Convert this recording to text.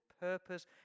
purpose